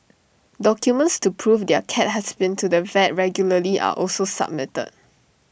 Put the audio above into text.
documents to prove their cat has been to the vet regularly are also submitted